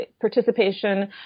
participation